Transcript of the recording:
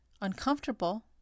uncomfortable